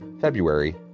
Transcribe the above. February